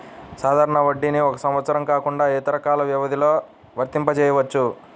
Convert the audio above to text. సాధారణ వడ్డీని ఒక సంవత్సరం కాకుండా ఇతర కాల వ్యవధిలో వర్తింపజెయ్యొచ్చు